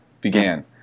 began